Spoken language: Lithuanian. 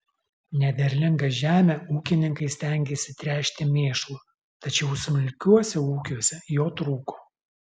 nederlingą žemę ūkininkai stengėsi tręšti mėšlu tačiau smulkiuose ūkiuose jo trūko